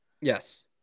Yes